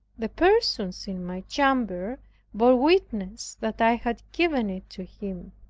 the persons in my chamber bore witness that i had given it to him.